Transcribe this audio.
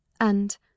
and—